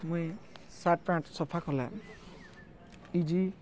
ମୁଇଁ shirt pant ସଫା କଲେ ଇଜି